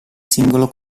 singolo